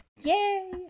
Yay